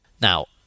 Now